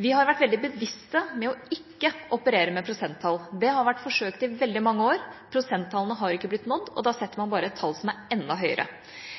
Vi har vært veldig bevisste på ikke å operere med prosenttall. Det har vært forsøkt i veldig mange år. Prosenttallene har ikke blitt nådd, og da har man bare satt et enda høyere tall. For oss er